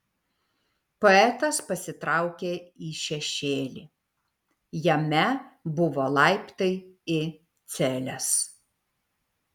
poetas pasitraukė į šešėlį jame buvo laiptai į celes